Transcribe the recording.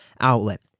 outlet